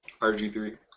RG3